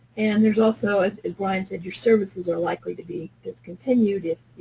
and there's also, as as bryan said, your services are likely to be discontinued if